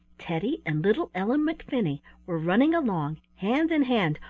teddy and little ellen mcfinney were running along, hand in hand,